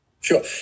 sure